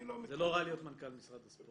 אני לא מקנא --- זה לא רע להיות מנכ"ל משרד הספורט.